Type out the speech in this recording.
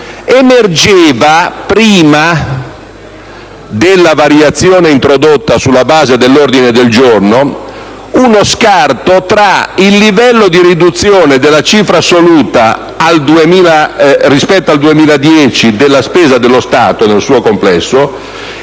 2010, prima della variazione introdotta sulla base dell'ordine del giorno, emergeva uno scarto tra il livello di riduzione della cifra assoluta della spesa dello Stato nel suo complesso